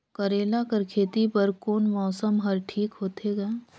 करेला कर खेती बर कोन मौसम हर ठीक होथे ग?